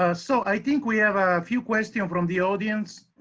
ah so, i think we have a few question from the audience.